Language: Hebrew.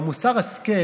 ומוסר ההשכל